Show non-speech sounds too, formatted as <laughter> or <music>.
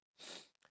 <noise>